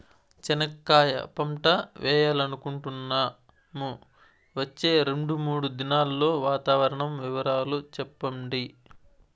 చెనక్కాయ పంట వేయాలనుకుంటున్నాము, వచ్చే రెండు, మూడు దినాల్లో వాతావరణం వివరాలు చెప్పండి?